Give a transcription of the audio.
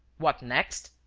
what next?